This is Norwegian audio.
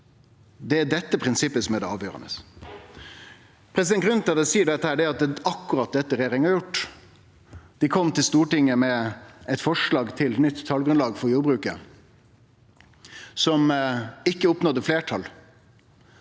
Det er dette prinsippet som er det avgjerande. Grunnen til at eg seier dette, er at det er akkurat dette regjeringa har gjort. Dei kom til Stortinget med eit forslag til nytt talgrunnlag for jordbruket, som ikkje oppnådde fleirtal.